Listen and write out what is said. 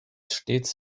stets